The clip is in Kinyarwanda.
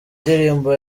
ndirimbo